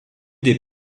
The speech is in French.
des